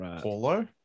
Paulo